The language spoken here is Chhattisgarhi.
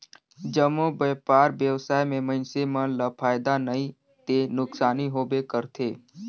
जम्मो बयपार बेवसाय में मइनसे मन ल फायदा नइ ते नुकसानी होबे करथे